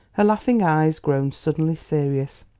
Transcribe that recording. her laughing eyes grown suddenly serious.